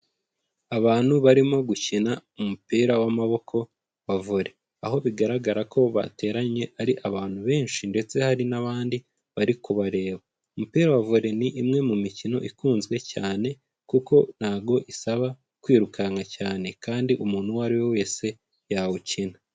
Abantu barimo gukina umupira w'amaboko wa volley. Aho bigaragara ko bateranye ari abantu benshi ndetse hari n'abandi bari kubareba. Umupira wa volley ni imwe mu mikino ikunzwe cyane kuko ntabwo isaba kwirukanka cyane kandi umuntu uwo ari we wese yawukina.